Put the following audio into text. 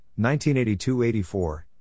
1982-84